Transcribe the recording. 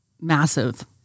massive